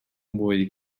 mwy